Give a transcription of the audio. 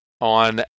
on